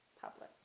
public